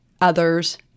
others